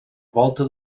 volta